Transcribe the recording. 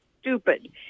stupid